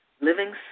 Living